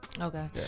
okay